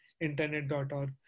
internet.org